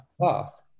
path